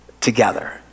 together